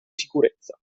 sicurezza